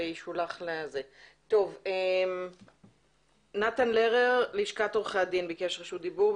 לשכת עורכי הדין, נתן לרר ביקש את רשות הדיבור.